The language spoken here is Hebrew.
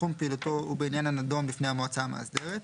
שתחום עיסוקם נוגע לעניין מסוים הנדון במועצה המאסדרת,